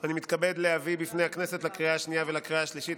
אני מתכבד להביא בפני הכנסת לקריאה השנייה ולקריאה השלישית